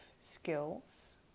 skills